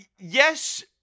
Yes